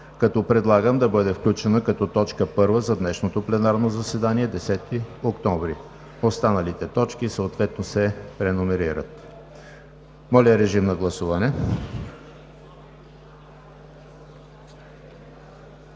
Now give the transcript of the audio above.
Предлагам да бъде включена като точка първа за днешното пленарно заседание – 10 октомври 2019 г. Останалите точки съответно се преномерират. Моля, гласувайте.